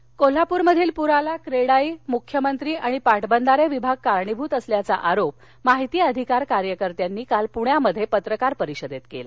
म कोल्हापूरमधील पूराला क्रेडाई मुख्यमंत्री आणि पाटबंधारे विभाग कारणीभूत असल्याचा आरोप माहिती अधिकार कार्यकर्त्यांनी काल पुण्यात पत्रकार परिषदेत केला